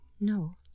No